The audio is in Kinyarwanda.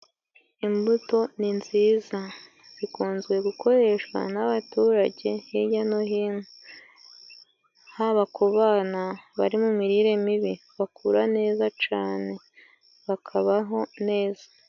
Imbuto ni nziza, zikunze gukoreshwa n'abaturage hirya no hino. Haba ku bana bari mu mirire mibi bakura neza cane, bakabaho neza.